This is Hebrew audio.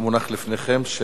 (5) של